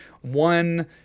one